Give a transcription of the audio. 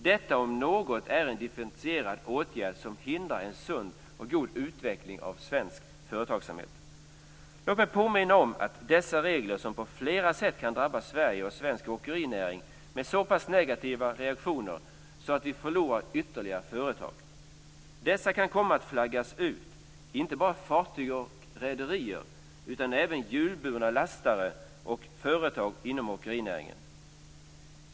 Detta om något är en differentierad åtgärd som hindrar en sund och god utveckling av svensk företagsamhet. Låt mig påminna om dessa regler, som på flera sätt kan drabba Sverige och svensk åkerinäring med så pass negativa reaktioner så att vi förlorar ytterligare företag. Dessa kan komma att "flaggas ut", inte bara fartyg och rederier utan även hjulburna lastare och företag inom åkerinäringen.